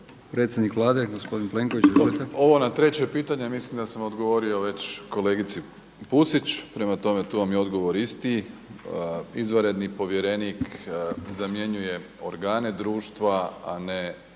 predsjednik Vlade gospodin Plenković, izvolite. **Plenković, Andrej (HDZ)** Ovo na treće pitanje mislim da sam odgovorio već kolegici Pusić, prema tome tu vam je odgovor isti. Izvanredni povjerenik zamjenjuje organe društva a ne